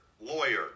lawyer